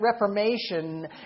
Reformation